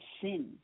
sin